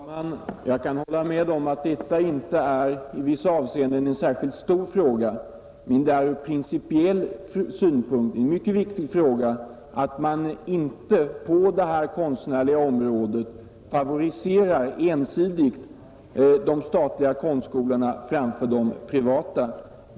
Herr talman! Jag kan hålla med om att detta i vissa avseenden inte är någon särskilt stor fråga, men ur principiell synpunkt är det mycket viktigt att de statliga konstskolorna inte ensidigt favoriseras framför de privata.